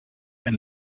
and